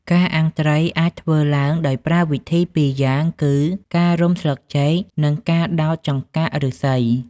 ការអាំងត្រីអាចធ្វើឡើងដោយប្រើវិធីពីរយ៉ាងគឺ ការរុំស្លឹកចេក និងការដោតចង្កាក់ឫស្សី។